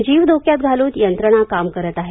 जीव धोक्यात घालून यंत्रणा काम करत आहेत